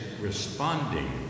responding